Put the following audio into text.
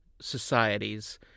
societies